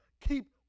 keep